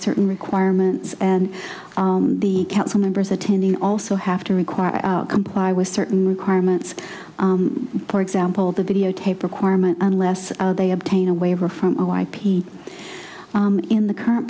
certain requirements and the council members attending also have to require out comply with certain requirements for example the videotape requirement unless they obtain a waiver from a y p in the current